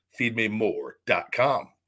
feedmemore.com